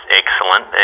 excellent